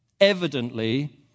evidently